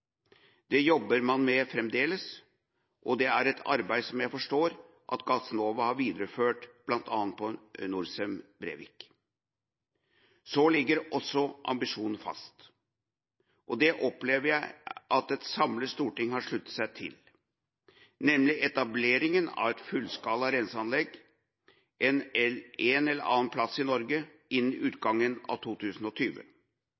Det jobber man med fremdeles, og det er et arbeid som jeg forstår at Gassnova har videreført bl.a. på Norcem Brevik. Så ligger også ambisjonen fast, og det opplever jeg at et samlet storting har sluttet seg til, nemlig etablering av et fullskala renseanlegg en eller annen plass i Norge innen